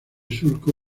surco